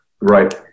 right